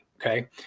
okay